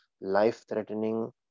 life-threatening